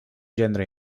gendre